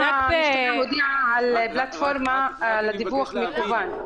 היום --- הודיעה על פלטפורמה לדיווח מקוון.